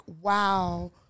wow